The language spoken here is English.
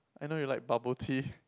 I know you like bubble tea